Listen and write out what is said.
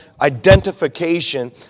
identification